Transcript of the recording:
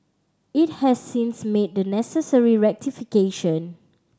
it has since made the necessary rectification